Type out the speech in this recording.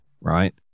Right